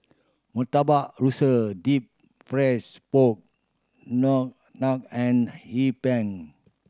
Murtabak Rusa deep frieds pork and Hee Pan